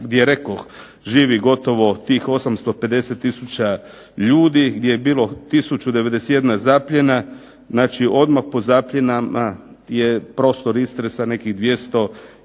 gdje rekoh živi gotovo tih 850 tisuća ljudi, gdje je bilo tisuću 91 zapljena, znači odmah po zapljenama je prostor Istre sa nekih 200 ili